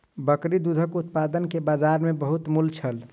बकरी दूधक उत्पाद के बजार में बहुत मूल्य छल